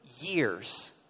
years